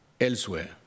elsewhere